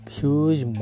huge